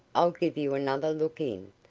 i'll give you another look in.